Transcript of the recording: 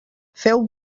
feu